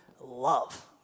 love